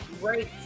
great